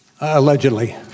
Allegedly